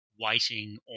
waiting